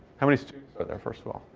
how many students are there, first of all?